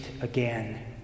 again